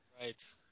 Right